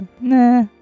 Nah